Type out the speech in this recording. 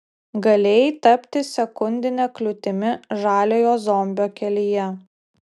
galėjai tapti sekundine kliūtimi žaliojo zombio kelyje